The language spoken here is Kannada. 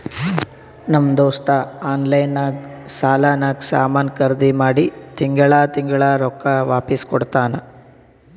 ನಮ್ ದೋಸ್ತ ಆನ್ಲೈನ್ ನಾಗ್ ಸಾಲಾನಾಗ್ ಸಾಮಾನ್ ಖರ್ದಿ ಮಾಡಿ ತಿಂಗಳಾ ತಿಂಗಳಾ ರೊಕ್ಕಾ ವಾಪಿಸ್ ಕೊಡ್ತಾನ್